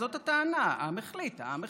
זאת הטענה, העם החליט, העם החליט.